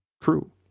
crew